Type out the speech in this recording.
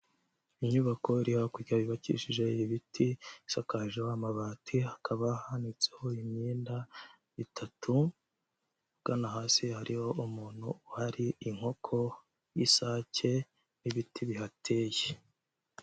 Inyubako iri hakurya yubakishije ibiti isakaje amabati, hakaba hanitseho imyenda itatu, ahagana hasi hariho umuntu uhari, inkoko y'isake, n'ibiti bihateye.